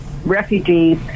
refugees